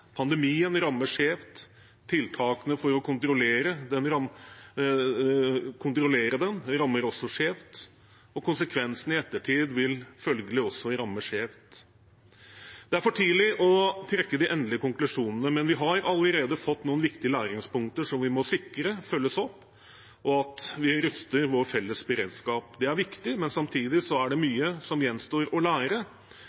Pandemien rammer skjevt, tiltakene for å kontrollere den rammer også skjevt, og konsekvensene i ettertid vil følgelig også ramme skjevt. Det er for tidlig å trekke de endelige konklusjonene. Men vi har allerede fått noen viktige læringspunkter som vi må sikre at blir fulgt opp, og at vi ruster vår felles beredskap. Det er viktig. Samtidig er det